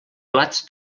plats